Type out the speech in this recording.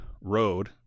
road